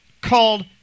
called